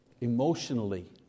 emotionally